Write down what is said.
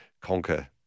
conquer